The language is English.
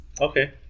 Okay